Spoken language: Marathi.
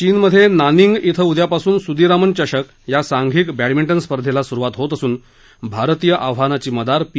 चीनमधे नार्नींग इथं उद्यापासून सुदीरामन चषक या सांघिक बॅडमिंटन स्पर्धेला स्रुवात होत असून भारतीय आव्हानाची मदार पी